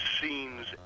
scenes